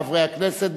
חברי הכנסת,